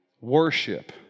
worship